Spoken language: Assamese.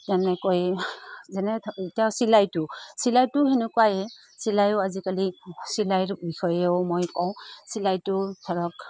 তেনেকৈ যেনে এতিয়া চিলাইটো চিলাইটোও সেনেকুৱাইে চিলাইও আজিকালি চিলাইৰ বিষয়েও মই কওঁ চিলাইটোৰ ধৰক